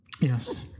Yes